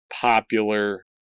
popular